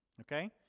okay